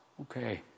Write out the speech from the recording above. Okay